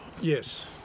Yes